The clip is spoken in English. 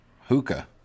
hookah